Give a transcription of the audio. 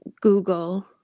google